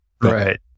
Right